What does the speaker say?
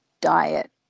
diet